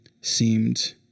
seemed